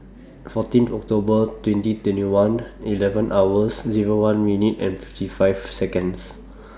fourteen October twenty twenty one eleven hours Zero one minutes and fifty five Seconds